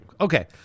Okay